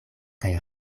kaj